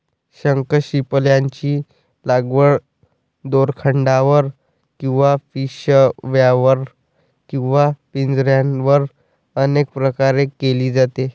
शंखशिंपल्यांची लागवड दोरखंडावर किंवा पिशव्यांवर किंवा पिंजऱ्यांवर अनेक प्रकारे केली जाते